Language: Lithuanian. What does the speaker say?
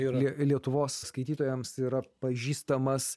ir lie lietuvos skaitytojams yra pažįstamas